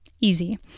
Easy